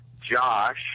Josh